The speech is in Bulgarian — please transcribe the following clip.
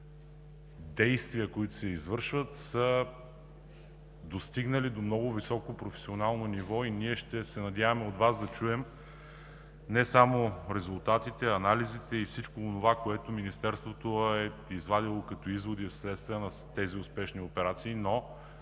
действия, които се извършват, са достигнали до много високо професионално ниво. Ние се надяваме да чуем от Вас не само резултатите, анализите и всичко онова, което Министерството е извадило като изводи вследствие на тези успешни операции, но